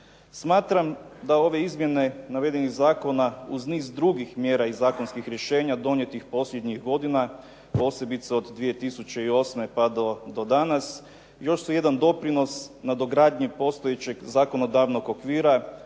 Smatram da ove izmjene navedenih Zakona uz niz drugih mjera iz zakonskih rješenja donijetih posljednjih godina posebice od 2008. pa do danas, još su jedan doprinos nadogradnje postojećeg zakonodavnog okvira